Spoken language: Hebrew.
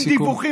עם דיווחים,